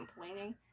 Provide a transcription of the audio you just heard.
complaining